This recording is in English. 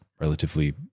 relatively